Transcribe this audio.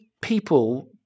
people